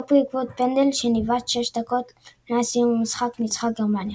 ורק בעקבות פנדל שנבעט שש דקות לפני סיום המשחק ניצחה גרמניה.